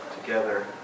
together